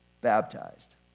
baptized